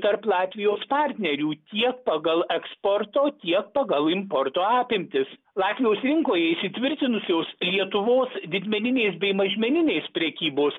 tarp latvijos partnerių tiek pagal eksporto tiek pagal importo apimtis latvijos rinkoje įsitvirtinusios lietuvos didmeninės bei mažmeninės prekybos